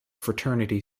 fraternity